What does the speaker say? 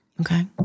Okay